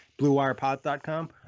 bluewirepod.com